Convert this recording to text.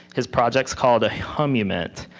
his projects called a humument.